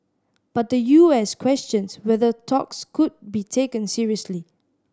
but the U S questions whether talks could be taken seriously